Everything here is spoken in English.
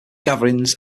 gatherings